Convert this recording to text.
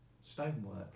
stonework